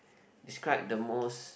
describe the most